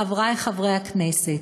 חברי חברי הכנסת,